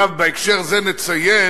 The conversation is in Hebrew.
אגב, בהקשר זה נציין